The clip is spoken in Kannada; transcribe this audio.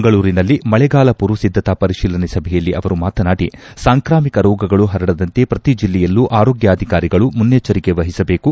ಮಂಗಳೂರಿನಲ್ಲಿ ಮಳೆಗಾಲ ಪೂರ್ವಸಿದ್ದತಾ ಪರಿಶೀಲನೆ ಸಭೆಯಲ್ಲಿ ಅವರು ಮಾತನಾಡಿ ಸಾಂಕ್ರಮಿಕ ರೋಗಗಳು ಪರಡದಂತೆ ಪ್ರತಿಜಿಲ್ಲೆಯಲ್ಲೂ ಆರೋಗ್ಯಾಧಿಕಾರಿಗಳು ಮುನ್ನೆಚ್ಚರಿಕೆ ವಹಿಸಬೇಕು